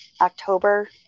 October